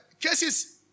cases